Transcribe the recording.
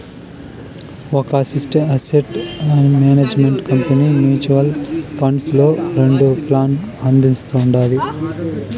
ఒక asset management company mutual funds లో రెండు ప్లాన్లు అందిస్తుండాది